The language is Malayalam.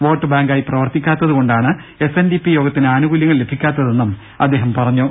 വോട്ട് ബാങ്കായി പ്രവർത്തിക്കാത്തതുകൊണ്ടാണ് എസ് എൻ ഡി പി യോഗത്തിന് അനുകൂല്യങ്ങൾ ലഭിക്കാത്തതെന്നും അദ്ദേഹം പറഞ്ഞു